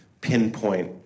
pinpoint